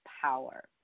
power